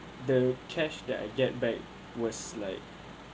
the cash that I get back was like